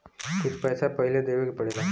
कुछ पैसा पहिले देवे के पड़ेला